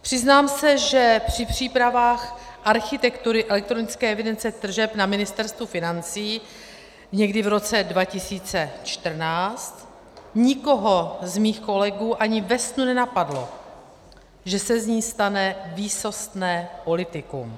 Přiznám se, že při přípravách architektury elektronické evidence tržeb na Ministerstvu financí někdy v roce 2014 nikoho z mých kolegů ani ve snu nenapadlo, že se z ní stane výsostné politikum.